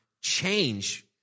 change